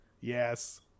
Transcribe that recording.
Yes